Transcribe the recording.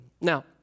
Now